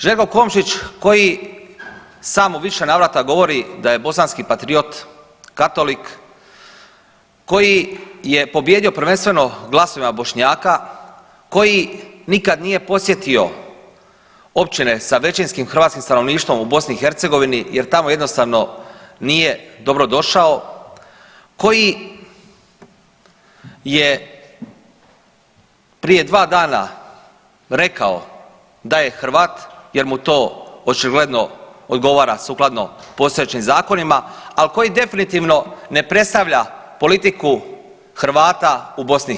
Željko Komšić koji sam u više navrata govori da je bosanski patriot, katolik, koji je pobijedio prvenstveno glasovima Bošnjaka, koji nikada nije posjetio općine sa većinskim hrvatskim stanovništvom u BiH jer tamo jednostavno nije dobrodošao, koji je prije 2 dana rekao da je Hrvat jer mu to očigledno odgovara sukladno postojećim zakonima, ali koji definitivno ne predstavlja politiku Hrvata u BiH.